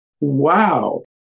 wow